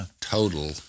total